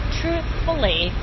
truthfully